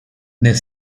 nel